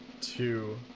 two